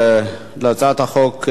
להצעת החוק,